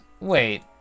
wait